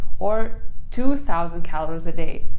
or two thousand calories a day?